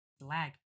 lag